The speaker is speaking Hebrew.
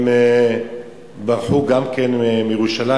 ברחו גם כן מירושלים,